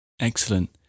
Excellent